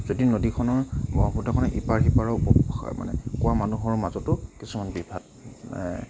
যদি নদীখনৰ ব্ৰহ্মপুত্ৰখনৰ ইপাৰ সিপাৰৰ উপভাষা মানে কোৱা মানুহৰ মাজতো কিছুমান বিভাগ